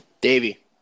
Davey